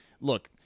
Look